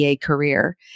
career